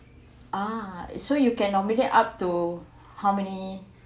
ah so you can nominate up to how many